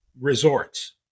resorts